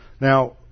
Now